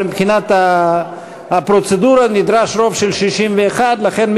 אבל מבחינת הפרוצדורה נדרש רוב של 61. לכן,